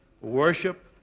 worship